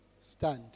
stand